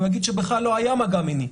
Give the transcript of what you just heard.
הוא יגיד שבכלל לא היה מגע מיני.